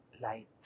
light